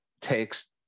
Takes